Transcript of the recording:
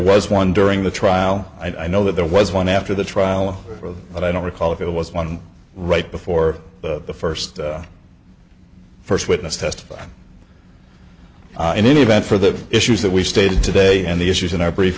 was one during the trial i know that there was one after the trial but i don't recall if it was one right before the first first witness testified in any event for the issues that we stated today and the issues in our brief